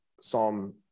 Psalm